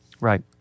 Right